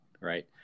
right